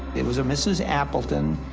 it was a mrs. appleton.